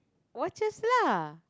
watches lah